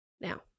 Now